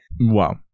wow